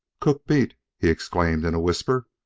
cooked meat! he exclaimed in a whisper.